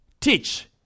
teach